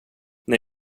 när